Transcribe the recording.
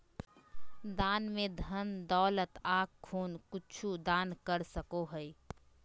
दान में धन दौलत आँख खून कुछु दान कर सको हइ